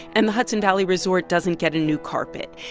and the hudson valley resort doesn't get a new carpet.